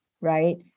Right